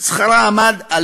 שכרה עמד על